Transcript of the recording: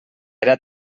era